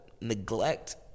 neglect